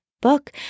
book